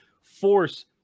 force